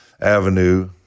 avenue